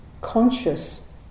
conscious